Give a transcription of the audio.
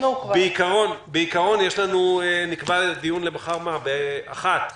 בעיקרון נקבע דיון למחר בשעה 13:00,